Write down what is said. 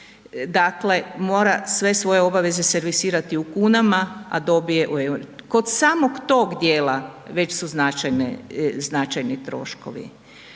dakle mora sve svoje obaveze servisirati u kunama, a dobije u EUR-ima. Kod samog tog dijela već su značajne, značajni